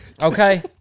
Okay